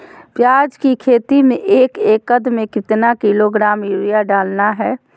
प्याज की खेती में एक एकद में कितना किलोग्राम यूरिया डालना है?